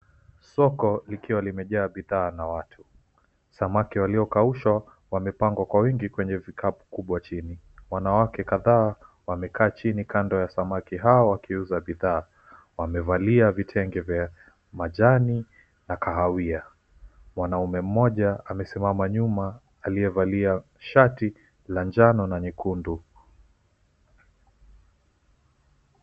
Soko likiwa limejaa bidhaa na watu. Samaki waliokaushwa wamepangwa kwa wingi kwenye vikapu kubwa chini. Wanawake kadhaa wamekaa chini kando ya samaki hawa wakiuza bidhaa, wamevalia vitenge vya majani na kahawia. Mwanaume mmoja amesimama nyuma aliyevalia shati la njano na nyekundu.